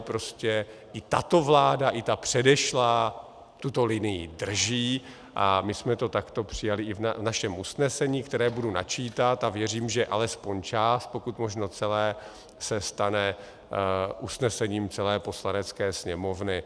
Prostě i tato vláda i ta předešlá tuto linii drží a my jsme to takto přijali i v našem usnesení, které budu načítat, a věřím, že alespoň část, pokud možno celé se stane usnesením celé Poslanecké sněmovny.